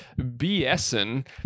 BSing